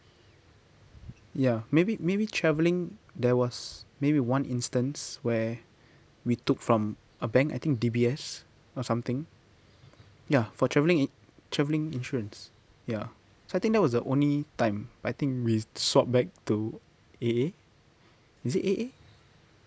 ya maybe maybe traveling there was maybe one instance where we took from a bank I think D_B_S or something ya for traveling i~ traveling insurance ya so I think that was the only time I think we swap back to A_A is it A_A